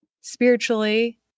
spiritually